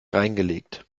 reingelegt